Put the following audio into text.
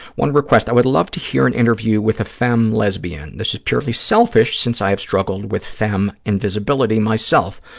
one request, i would love to hear an interview with a femme lesbian. this is purely selfish since i have struggled with femme invisibility myself,